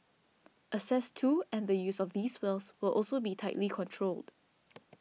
access to and the use of these wells will also be tightly controlled